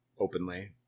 openly